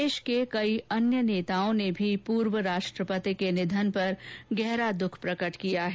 देश के कई अन्य नेताओं ने भी पूर्व राष्ट्रपति के निधन पर गहरा द्ख प्रकट किया है